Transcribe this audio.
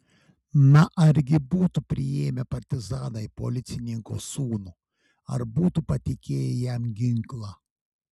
na argi būtų priėmę partizanai policininko sūnų ar būtų patikėję jam ginklą